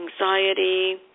anxiety